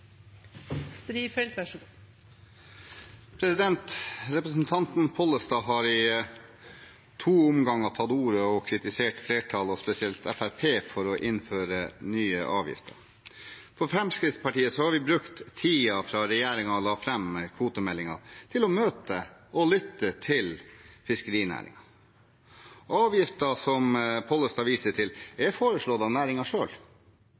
kritisert flertallet, og spesielt Fremskrittspartiet, for å innføre nye avgifter. For Fremskrittspartiets del har vi brukt tiden fra regjeringen la fram kvotemeldingen, til å møte og lytte til fiskerinæringen. Avgiften som Pollestad viser til,